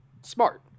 smart